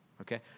Okay